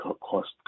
cost